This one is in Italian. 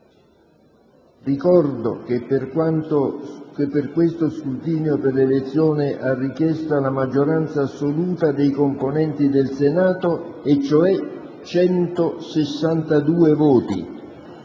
Ricordo che in questo scrutinio per l'elezione è richiesta la maggioranza assoluta dei componenti del Senato, e cioè 162 voti.